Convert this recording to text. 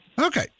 Okay